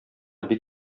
бик